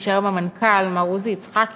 מי שהיום המנכ"ל, מר עוזי יצחקי,